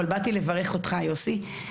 אבל באתי לברך אותך, יוסי.